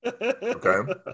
Okay